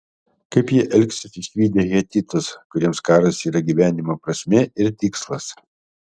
kaip jie elgsis išvydę hetitus kuriems karas yra gyvenimo prasmė ir tikslas